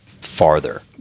farther